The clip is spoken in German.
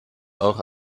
auch